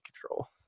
control